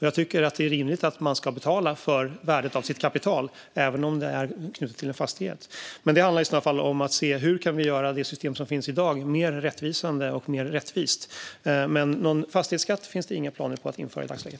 Jag tycker att det är rimligt att man ska betala för värdet av sitt kapital, även om det är knutet till en fastighet. Det handlar i så fall om att se hur vi kan göra det system som finns i dag mer rättvisande och rättvist. Men någon fastighetsskatt finns det inga planer på att införa i dagsläget.